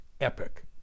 epic